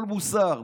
כל מוסר.